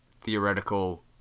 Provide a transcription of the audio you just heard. theoretical